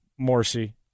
Morsi